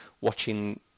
watching